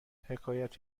حکایت